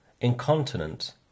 incontinent